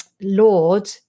lord